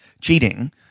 cheating